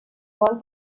joan